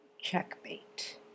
Checkmate